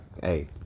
hey